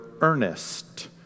earnest